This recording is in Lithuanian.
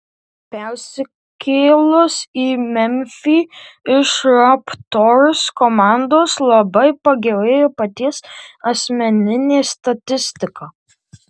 persikėlus į memfį iš raptors komandos labai pagerėjo paties asmeninė statistika